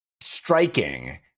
striking